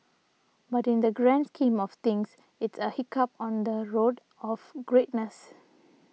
but in the grand scheme of things it's a hiccup on the road of greatness